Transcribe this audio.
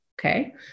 Okay